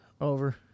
over